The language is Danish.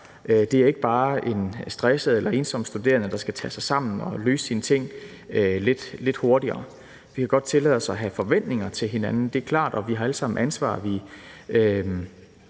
det er ikke bare en stresset eller ensom studerende, der skal tage sig sammen og løse sine ting lidt hurtigere. Vi kan godt tillade os at have forventninger til hinanden – det er klart – og vi har alle sammen ansvar,